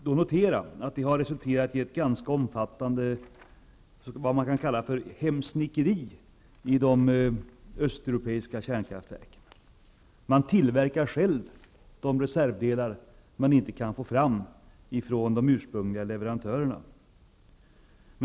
Det har resulterat i ett ganska omfattande hemsnickeri i de östeuropeiska kärnkraftverken. Man tillverkar själv de reservdelar som man inte kan få från de ursprungliga leverantörerna.